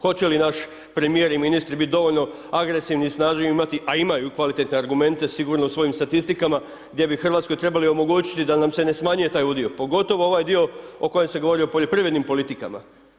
Hoće li naš premijer i ministri bit dovoljno agresivni i snage imati, a imaju kvalitetne argumente u svojim statistikama, gdje bi Hrvatskoj trebali omogućiti da nam se ne smanjuje taj udio, pogotovo ovaj dio o kojem se govori o poljoprivrednim politikama.